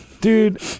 dude